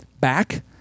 back